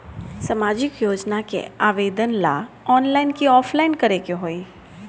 सामाजिक योजना के आवेदन ला ऑनलाइन कि ऑफलाइन करे के होई?